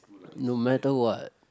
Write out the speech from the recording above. no matter what